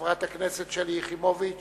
חברת הכנסת שלי יחימוביץ